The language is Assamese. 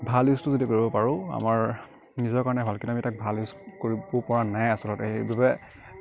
ভাল ইউজটো যদি কৰিব পাৰোঁ আমাৰ নিজৰ কাৰণে ভাল কিন্তু আমি তাক ভাল ইউজটো কৰিব পৰা নাই আচলতে সেইবাবে